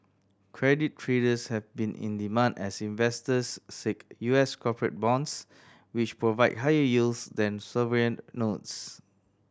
credit traders have been in demand as investors seek U S corporate bonds which provide higher yields than sovereign notes